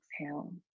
exhale